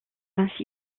ainsi